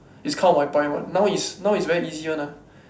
is count by point one now is now is very easy one ah